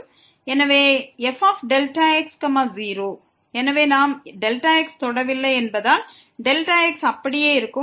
எனவே fx0 எனவே நாம் Δx தொடவில்லை என்பதால் Δx அப்படியே இருக்கும்